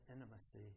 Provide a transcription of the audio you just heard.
intimacy